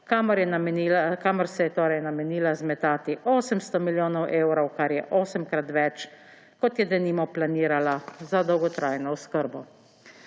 kamor se je torej namenila zmetati 800 milijonov evrov, kar je osemkrat več, kot je, denimo, planirala za dolgotrajno oskrbo.